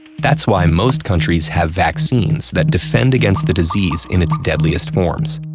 that's why most countries have vaccines that defend against the disease in its deadliest forms.